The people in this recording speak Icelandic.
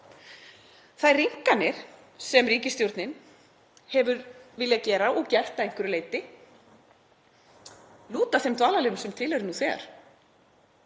Þær rýmkanir sem ríkisstjórnin hefur viljað gera, og hefur gert að einhverju leyti, lúta að þeim dvalarleyfum sem til eru nú þegar.